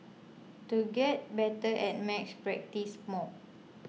to get better at maths practise more